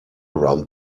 round